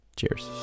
Cheers